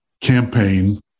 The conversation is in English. campaign